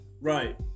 Right